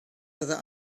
other